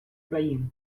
країн